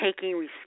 taking